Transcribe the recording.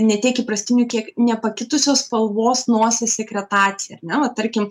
ne tiek įprastiniu kiek nepakitusios spalvos nosies sekretacija ar ne va tarkim